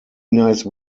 nice